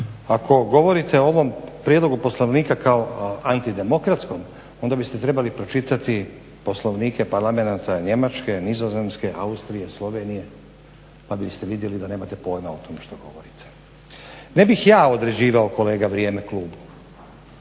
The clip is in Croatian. Ako govorite o ovom prijedlogu poslovnika kao antidemokratskom onda biste trebali pročitati poslovnike parlamenta Njemačke, Nizozemske, Austrije, Slovenije pa biste vidjeli da nemate pojma o tome što govorite. Ne bih ja određivao kolega vrijeme klubu,